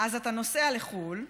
אז אתה נוסע לחו"ל.